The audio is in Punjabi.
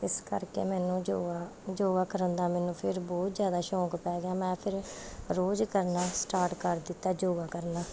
ਇਸ ਕਰਕੇ ਮੈਨੂੰ ਯੋਗਾ ਯੋਗਾ ਕਰਨ ਦਾ ਮੈਨੂੰ ਫਿਰ ਬਹੁਤ ਜ਼ਿਆਦਾ ਸ਼ੌਕ ਪੈ ਗਿਆ ਮੈਂ ਫਿਰ ਰੋਜ਼ ਕਰਨਾ ਸਟਾਰਟ ਕਰ ਦਿੱਤਾ ਯੋਗਾ ਕਰਨਾ